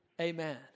Amen